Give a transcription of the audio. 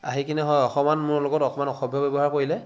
আহিকেনে অকণমান অকণমান মোৰ অলপ অসভ্য ব্যৱহাৰ কৰিলে